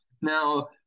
now